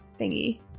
thingy